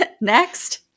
Next